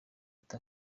ati